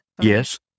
Yes